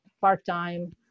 part-time